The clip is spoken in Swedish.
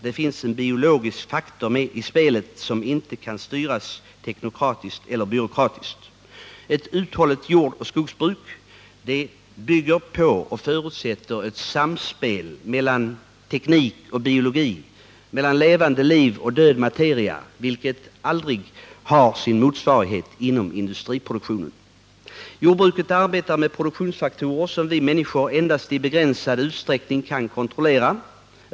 Det finns en biologisk faktor med i spelet, som våra dagars teknokrater och centralbyråkrater har alltför lätt att förbise. Ett uthålligt jordoch skogsbruk förutsätter ett samspel mellan teknik och biologi, mellan levande liv och död materia, vilket inte har sin motsvarighet inom industriproduktionen. Jordbruket arbetar med produktionsfaktorer som vi människor endast i begränsad utsträckning kan kontrollera och bemästra.